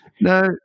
no